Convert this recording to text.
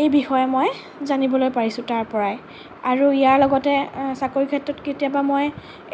এই বিষয়ে মই জানিবলৈ পাৰিছোঁ তাৰ পৰাই আৰু ইয়াৰ লগতে চাকৰিৰ ক্ষেত্ৰত কেতিয়াবা মই